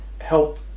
help